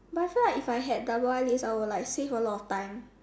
but I feel like if I had double eyelids I will like save a lot of time